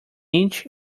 inch